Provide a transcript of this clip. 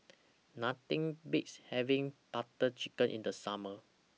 Nothing Beats having Butter Chicken in The Summer